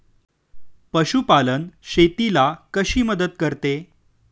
पशुपालन शेतीला कशी मदत करते?